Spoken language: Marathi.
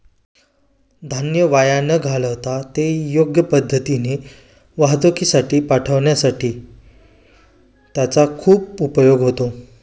धान्य वाया न घालवता ते योग्य पद्धतीने वाहतुकीसाठी पाठविण्यासाठी त्याचा खूप उपयोग होतो